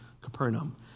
Capernaum